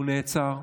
הוא נעצר.